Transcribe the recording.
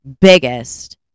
biggest